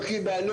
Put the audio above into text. לא קיבלנו,